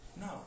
No